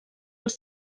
els